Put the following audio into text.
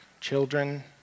Children